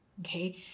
okay